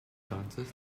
dancers